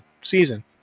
season